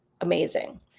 amazing